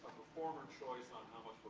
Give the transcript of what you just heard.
performer choice on how